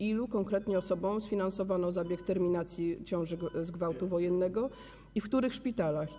Ilu konkretnie osobom sfinansowano zabieg terminacji ciąży z gwałtu wojennego i w których szpitalach?